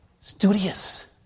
studious